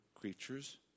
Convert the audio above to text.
creatures